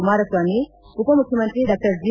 ಕುಮಾರಸ್ವಾಮಿ ಉಪಮುಖ್ಯಮಂತ್ರಿ ಡಾ ಜಿ